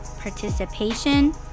participation